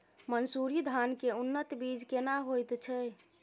मन्सूरी धान के उन्नत बीज केना होयत छै?